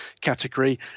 category